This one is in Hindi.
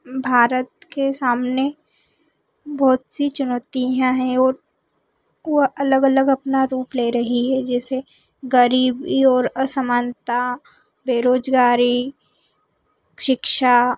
भारत के सामने बहुत सी चुनौतियाँ हैं और वह अलग अलग अपना रूप रूप ले रही है जैसे ग़रीबी और असमानता बेरोज़गारी शिक्षा